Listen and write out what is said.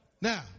Now